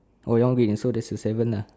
oh your green so that's a seven lah